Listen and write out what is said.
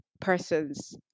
persons